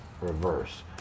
Reverse